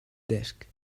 desk